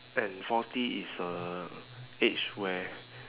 and forty is a age where